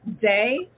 day